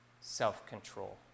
self-control